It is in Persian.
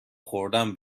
خوردن